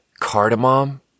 Cardamom